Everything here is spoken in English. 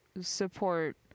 support